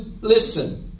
listen